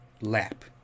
lap